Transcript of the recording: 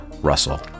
Russell